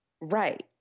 Right